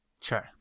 Sure